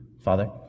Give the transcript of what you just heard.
Father